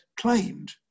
claimed